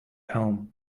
home